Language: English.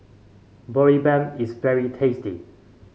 boribap is very tasty